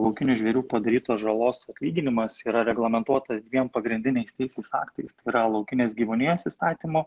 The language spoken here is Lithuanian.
laukinių žvėrių padarytos žalos atlyginimas yra reglamentuotas dviem pagrindiniais teisės aktais tai yra laukinės gyvūnijos įstatymu